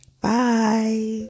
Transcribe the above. Bye